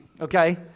okay